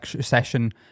session